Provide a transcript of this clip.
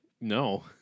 No